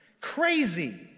crazy